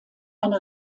eine